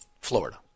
Florida